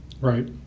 Right